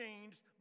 changed